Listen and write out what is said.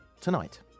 tonight